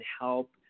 help